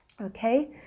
Okay